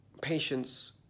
patience